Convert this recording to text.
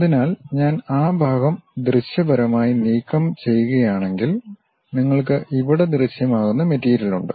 അതിനാൽ ഞാൻ ആ ഭാഗം ദൃശ്യപരമായി നീക്കംചെയ്യുകയാണെങ്കിൽ നിങ്ങൾക്ക് ഇവിടെ ദൃശ്യമാകുന്ന മെറ്റീരിയൽ ഉണ്ട്